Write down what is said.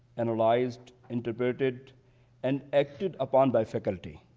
and analysed, interpreted and acted upon by faculty.